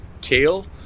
kale